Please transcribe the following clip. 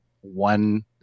one